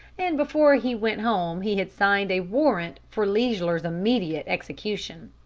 and before he went home he had signed a warrant for leisler's immediate execution.